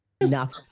enough